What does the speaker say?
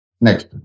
Next